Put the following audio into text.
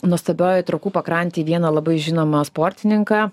nuostabiojoje trakų pakrantėje vieną labai žinomą sportininką